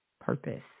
purpose